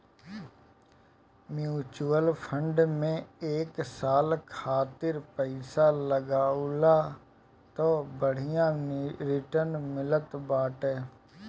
mutual fund में एक साल खातिर पईसा लगावअ तअ बढ़िया रिटर्न मिलत बाटे